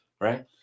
right